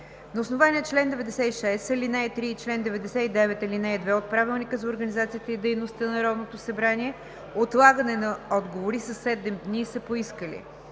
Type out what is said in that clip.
На основание чл. 96, ал. 3 и чл. 99, ал. 2 от Правилника за организацията и дейността на Народното събрание отлагане на отговори със седем дни са поискали: